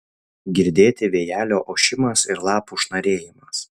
girdėti vėjelio ošimas ir lapų šnarėjimas